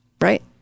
Right